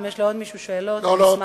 אם יש לעוד מישהו שאלות, אשמח לענות.